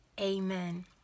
Amen